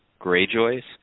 Greyjoys